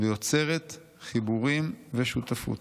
ויוצרת חיבורים ושותפות.